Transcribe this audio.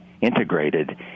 integrated